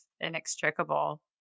inextricable